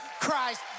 Christ